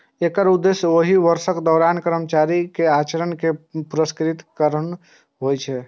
एकर उद्देश्य ओहि वर्षक दौरान कर्मचारी के आचरण कें पुरस्कृत करना होइ छै